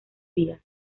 vías